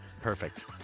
Perfect